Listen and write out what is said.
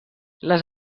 les